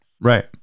Right